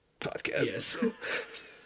podcast